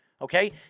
okay